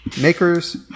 Makers